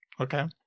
okay